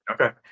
Okay